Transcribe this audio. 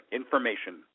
information